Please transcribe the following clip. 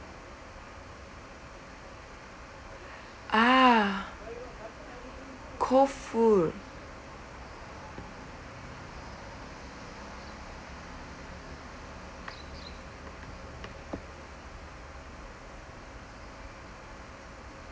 ah cold food